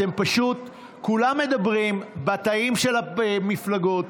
אתם פשוט כולם מדברים בתאים של המפלגות.